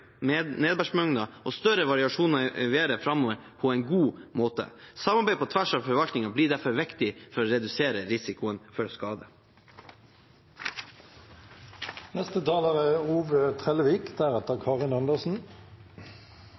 og større variasjoner i været framover på en god måte. Samarbeid på tvers av forvaltningen blir viktig for å redusere risikoen for